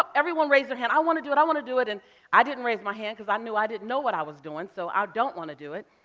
everyone raised their hand, i wanna do it. i wanna do it. and i didn't raise my hand because i knew i didn't know what i was doing, so i don't want to do it.